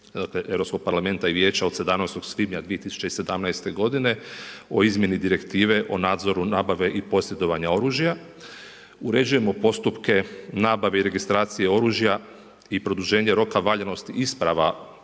Europskog parlamenta i Vijeća od 17. svibnja 2017. godine o izmjeni Direktive o nadzoru nabave i posjedovanja oružja. Uređujemo postupke nabave i registracije oružja i produženja roka valjanosti isprava